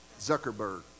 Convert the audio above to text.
zuckerberg